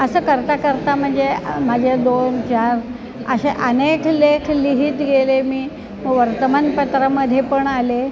असं करता करता म्हणजे माझे दोन चार असे अनेक लेख लिहित गेले मी वर्तमानपत्रामध्ये पण आले